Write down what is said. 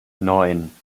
neun